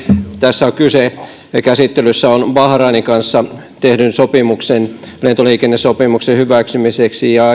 tässä on kyseessä ja käsittelyssä bahrainin kanssa tehdyn lentoliikennesopimuksen hyväksyminen